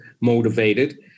motivated